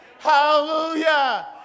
Hallelujah